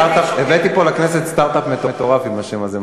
תדע לך שהבאתי פה לכנסת סטרט-אפ מטורף עם השם הזה,